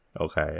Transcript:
Okay